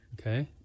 Okay